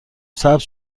سبز